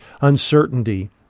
uncertainty